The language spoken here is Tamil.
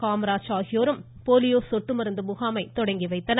காமராஜும் போலியோ சொட்டு மருந்து முகாமை தொடங்கி வைத்தனர்